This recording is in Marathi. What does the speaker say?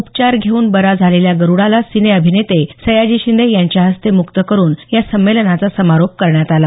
उपचार घेऊन बरा झालेल्या गरुडाला सिने अभिनेते सयाजी शिंदे यांच्या हस्ते मुक्त करुन या संमेलनाचा समारोप करण्यात आला